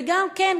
וכן,